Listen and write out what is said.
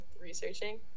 researching